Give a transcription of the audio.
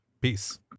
peace